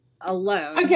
alone